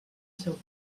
seu